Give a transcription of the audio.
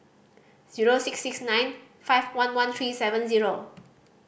zero six six nine five one one three seven zero